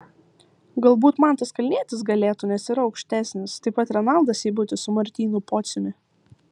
galbūt mantas kalnietis galėtų nes yra aukštesnis taip pat renaldas seibutis su martynu pociumi